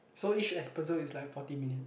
so each episode is like forty minutes